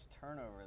turnover